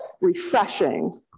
refreshing